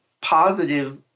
positive